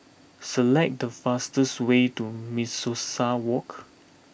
select the fastest way to Mimosa Walk